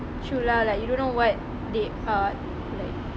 true lah like you don't know what they are like